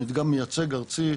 זה מדגם מייצג ארצי,